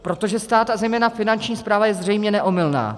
Protože stát, a zejména Finanční správa je zřejmě neomylná.